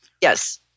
Yes